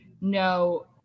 no